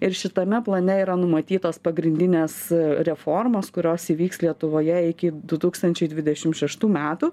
ir šitame plane yra numatytos pagrindinės reformos kurios įvyks lietuvoje iki du tūkstančiai dvidešim šeštų metų